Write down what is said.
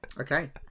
Okay